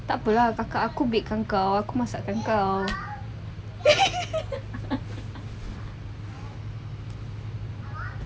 takpe lah kakak aku bake kan kau aku masakkan kau